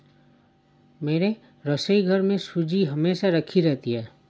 मेरे रसोईघर में सूजी हमेशा राखी रहती है